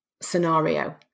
scenario